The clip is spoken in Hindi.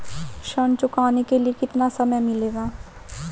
ऋण चुकाने के लिए कितना समय मिलेगा?